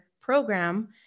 program